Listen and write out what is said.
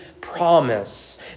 promise